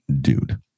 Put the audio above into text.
dude